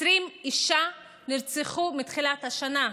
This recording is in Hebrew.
20 נשים נרצחו מתחילת השנה,